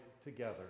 together